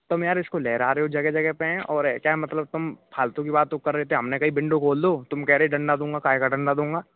तुम यार इसको लहरा रहे हो जगह जगह पर और क्या मतलब तुम फ़ालतू की बात ऊपर रहते हमने कही बिंडु खोल दो तुम कह रहे डंडा दूंगा काहे का डण्डा दूँगा